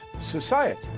society